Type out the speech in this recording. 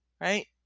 Right